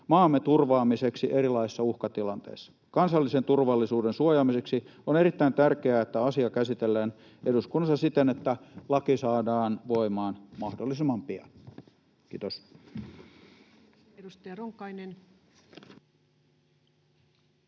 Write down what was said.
maamme turvaamiseksi erilaisissa uhkatilanteissa. Kansallisen turvallisuuden suojaamiseksi on erittäin tärkeää, että asia käsitellään eduskunnassa siten, että laki saadaan voimaan mahdollisimman pian. — Kiitos. [Speech